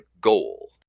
goal